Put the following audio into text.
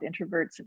introverts